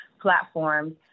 platforms